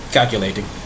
Calculating